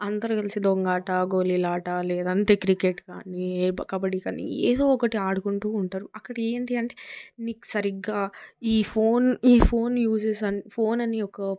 అందరూ కలిసి దొంగాట గోలీలాట లేదంటే క్రికెట్ కానీ ఏదో కబడి కానీ ఏదో ఒకటి ఆడుకుంటూ ఉంటారు అక్కడ ఏంటి అంటే నీకు సరిగ్గా ఈ ఫోన్ ఈ ఫోన్ యూస్ ఫోన్ అనే ఒక